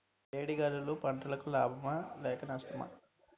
వేడి గాలులు పంటలకు లాభమా లేక నష్టమా?